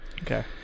Okay